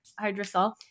hydrosol